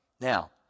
Now